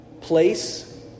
place